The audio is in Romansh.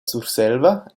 surselva